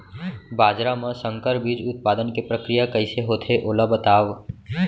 बाजरा मा संकर बीज उत्पादन के प्रक्रिया कइसे होथे ओला बताव?